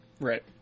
Right